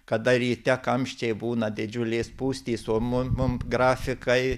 kada ryte kamščiai būna didžiulės spūstys o mum mum grafikai